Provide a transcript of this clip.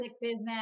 business